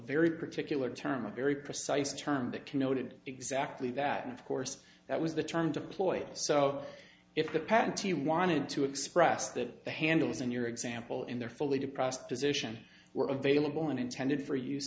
very particular term a very precise term that to noted exactly that and of course that was the term deployed so if the panty wanted to express that the handle is in your example in their fully depressed position were available and intended for use